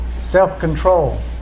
self-control